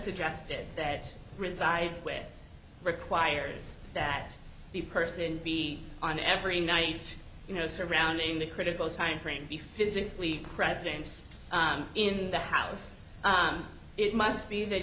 suggested that reside with requires that the person be on every night you know surrounding the critical time frame be physically present in the house it must be that